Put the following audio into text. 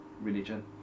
religion